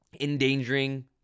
endangering